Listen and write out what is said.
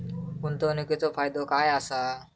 गुंतवणीचो फायदो काय असा?